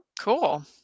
Cool